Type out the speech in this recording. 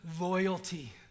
loyalty